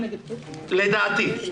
לדעתי,